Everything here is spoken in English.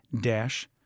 dash